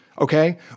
okay